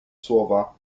słowa